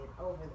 over